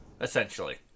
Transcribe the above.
essentially